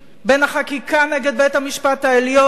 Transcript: בין החקיקה נגד בית-המשפט העליון,